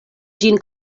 ĝin